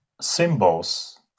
Symbols